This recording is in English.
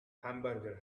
hamburger